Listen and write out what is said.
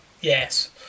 Yes